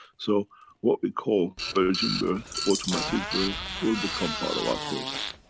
so what we call virgin birth, automatic birth, will become part of our process.